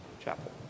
chapel